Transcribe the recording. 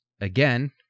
again